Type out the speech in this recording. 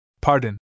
Pardon